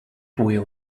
will